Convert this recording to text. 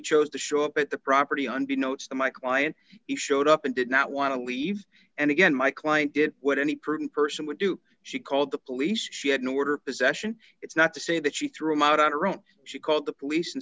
chose to show up at the property and be notes that my client he showed up and did not want to leave and again my client did what any prudent person would do she called the police she ignored her possession it's not to say that she threw him out on her own she called the police and